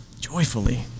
joyfully